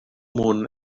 moon